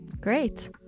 Great